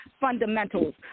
fundamentals